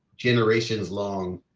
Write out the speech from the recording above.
generations long,